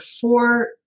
four